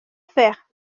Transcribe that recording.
faire